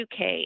UK